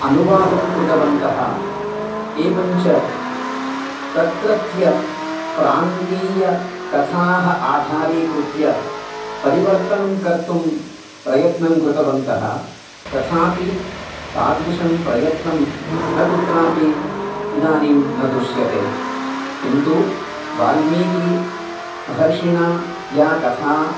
अनुवादं कृतवन्तः एवञ्च तत्रत्य प्रान्तीय कथाः आधारीकृत्य परिवर्तनं कर्तुं प्रयत्नं कृतवन्तः तथापि तादृशं प्रयत्नं न कुत्रापि इदानीं न दृश्यते किन्तु वाल्मीकिमहर्षिणा या कथा